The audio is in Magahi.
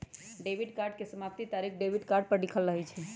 डेबिट कार्ड के समाप्ति तारिख डेबिट कार्ड पर लिखल रहइ छै